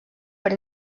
per